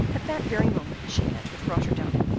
at that very moment she entered rotterdam.